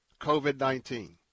COVID-19